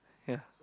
ya